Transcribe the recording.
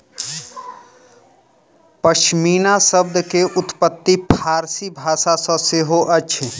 पश्मीना शब्द के उत्पत्ति फ़ारसी भाषा सॅ सेहो अछि